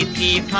ah da